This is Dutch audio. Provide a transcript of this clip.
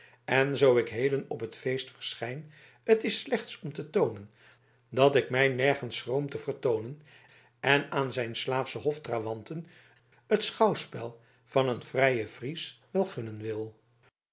en zoo ik heden op het feest verschijn t is slechts om te toonen dat ik mij nergens schroom te vertoonen en aan zijn slaafsche hoftrawanten het schouwspel van een vrijen fries wel gunnen wil